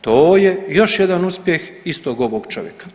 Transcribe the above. To je još jedan uspjeh istog ovog čovjeka.